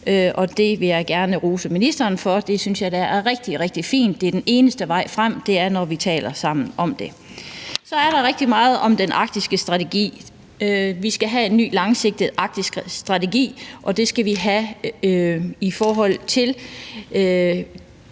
Det synes jeg da er rigtig, rigtig fint. Det er den eneste vej frem: Når vi taler sammen om det. Kl. 16:16 Så er der rigtig meget om den arktiske strategi. Vi skal have en ny langsigtet arktisk strategi, og det skal vi have med en